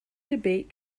debate